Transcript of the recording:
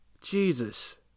Jesus